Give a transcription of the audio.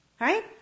Right